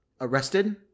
arrested